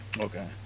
Okay